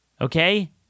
Okay